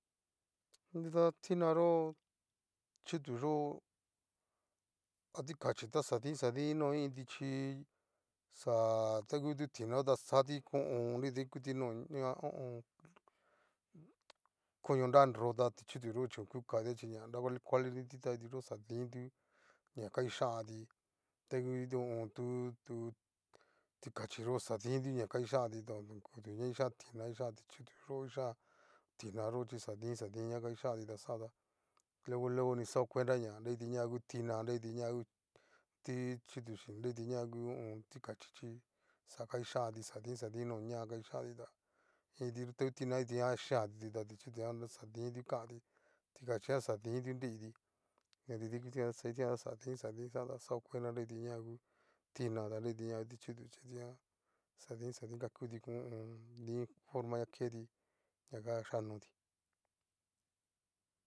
Nida tinayó chutuyó a tikachí ta xadin xadin no i iintichi xa tangu tu tinayó ta xati ho o on. nida ikuti no ña ho o on. koño nanro ta ti'chutu yo'o chí oku katia chí ña nra kuali kualiniti ta kitiyo xa diintu ña nga ichanti ta ngu ho o on. tu tu tikachiyó xadin tu ña nga ichánti adu ña kichán tina ichán ti'chutuyo ichán tinayo xa din xadin ña kichanti taxajan tá luego, luego ni xao cuenta ña nakitiña ngu tina ña kitiña ngu ti ti'chutu chín ña kitiña ngu ho o on. tikachí chí xaka ixanti xa din no ña kixantíta iinti yó ta ngu tina ta xhianti ta ti'chutu yó'o ta xa din tu kanti, ti'kachi ta xa din tu nreiti nridaituti kitijan ta xa din xa din xajan kao cuenta nra kitiña ngu tina ña kitiña ngu ti'chutu chi kitijan xadin xadin gakuti ho o on. din forma aketi xhianotí.